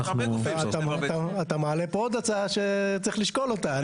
אתה מעלה פה עוד הצעה שצריך לשקול אותה.